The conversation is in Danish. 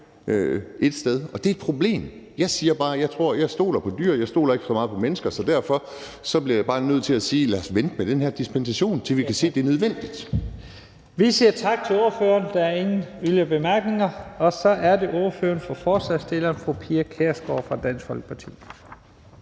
et sted, og det er et problem. Jeg siger bare, at jeg stoler på dyr. Jeg stoler ikke så meget på mennesker, så derfor bliver jeg bare nødt til at sige:Lad os vente med den her dispensation, til vi kan se, at det er nødvendigt. Kl. 18:25 Første næstformand (Leif Lahn Jensen): Vi siger tak til ordføreren. Der er ingen yderligere bemærkninger. Og så er det ordføreren for forslagsstillerne, fru Pia Kjærsgaard fra Dansk Folkeparti.